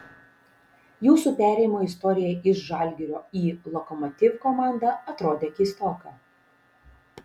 jūsų perėjimo istorija iš žalgirio į lokomotiv komandą atrodė keistoka